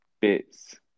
bits